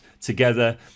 together